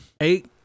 Eight